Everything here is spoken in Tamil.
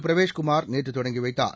பிரவேஷ்குமார் நேற்று தொடங்கிவைத்தார்